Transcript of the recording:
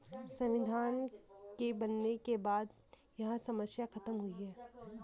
संविधान के बनने के बाद में यह समस्या खत्म हुई है